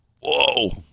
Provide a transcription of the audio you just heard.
Whoa